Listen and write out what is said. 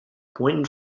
wind